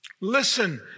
Listen